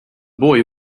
boy